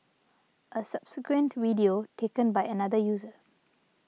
a subsequent video taken by another user